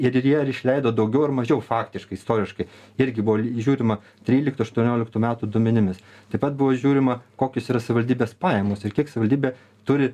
ir ar jie ar išleido daugiau ar mažiau faktiškai istoriškai irgi buvo žiūrima tryliktų aštuonioliktų metų duomenimis taip pat buvo žiūrima kokios yra savivaldybės pajamos ir kiek savivaldybė turi